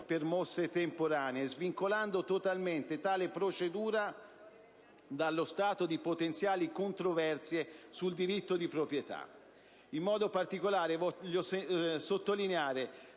per mostre temporanee, svincolando totalmente tale procedura dallo stato di potenziali controversie sul diritto di proprietà. In modo particolare, voglio sottolineare